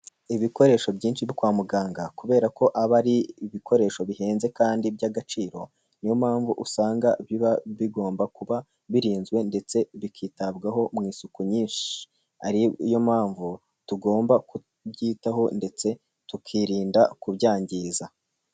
Ibikoresho byinshi byo kwa muganga kubera ko aba ari ibikoresho bihenze kandi by'agaciro niyo mpamvu usanga biba bigomba kuba birinzwe ndetse bikitabwaho mu isuku nyinshi ari yo mpamvu tugomba kubyitaho ndetse tukirinda kubyangiza.